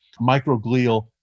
microglial